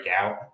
out